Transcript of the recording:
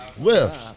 Lift